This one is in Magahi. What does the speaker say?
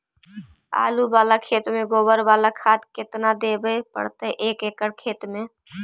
आलु बाला खेत मे गोबर बाला खाद केतना देबै एक एकड़ खेत में?